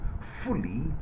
fully